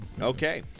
okay